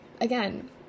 again